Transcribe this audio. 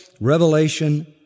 revelation